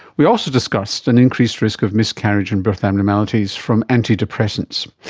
we also discussed an increased risk of miscarriage and birth abnormalities from antidepressants.